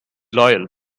loyal